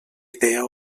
idea